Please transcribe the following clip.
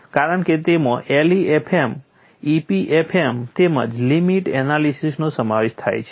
કારણ કે તેમાં LEFM EPFM તેમજ લિમિટ એનાલિસિસનો સમાવેશ થાય છે